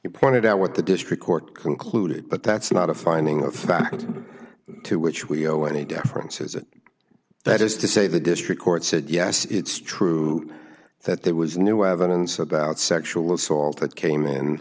you pointed out what the district court concluded but that's not a finding of fact to which we owe any differences and that is to say the district court said yes it's true that there was new evidence about sexual assault that came in